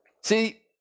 See